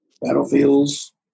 battlefields